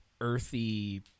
earthy